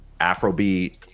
afrobeat